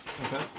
Okay